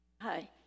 Hi